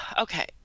okay